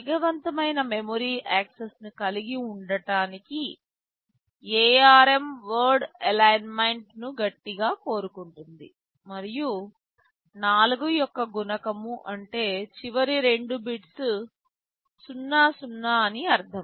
వేగవంతమైన memory access ను కలిగి ఉండటానికి ARM వర్డ్ ఎలైన్మెంట్ ను గట్టిగా కోరుకుంటుంది మరియు 4 యొక్క గుణకం అంటే చివరి రెండు బిట్స్ 00 అని అర్థం